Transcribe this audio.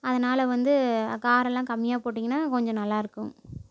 அதனால் வந்து காரலாம் கம்மியாக போட்டிங்கன்னால் கொஞ்சம் நல்லாயிருக்கும்